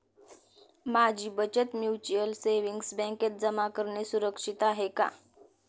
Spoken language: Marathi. माझी बचत म्युच्युअल सेविंग्स बँकेत जमा करणे सुरक्षित आहे का